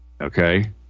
okay